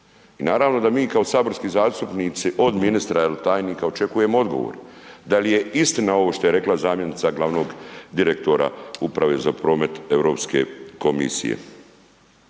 I naravno da mi kao saborski zastupnici od ministra ili tajnika očekujemo odgovor. Da li je istina što je rekla zamjenica glavnog direktora Uprava z promet Europske komisije?